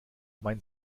mein